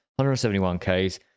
171Ks